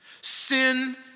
Sin